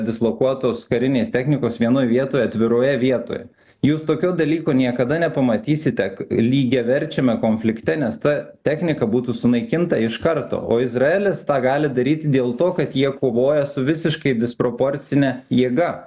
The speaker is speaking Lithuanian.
dislokuotos karinės technikos vienoj vietoj atviroje vietoje jūs tokio dalyko niekada nepamatysite lygiaverčiame konflikte nes ta technika būtų sunaikinta iš karto o izraelis tą gali daryti dėl to kad jie kovoja su visiškai disproporcine jėga